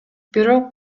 бирок